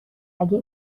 اگه